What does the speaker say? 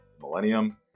Millennium